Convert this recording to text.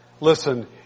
listen